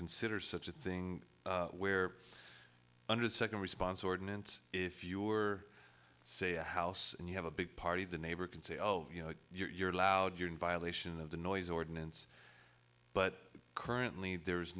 consider such a thing where under the second response ordinance if you were say a house and you have a big party the neighbor can say oh you know you're allowed you're in violation of the noise ordinance but currently there is